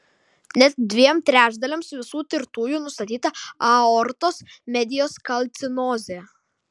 net dviem trečdaliams visų tirtųjų nustatyta aortos medijos kalcinozė